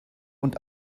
und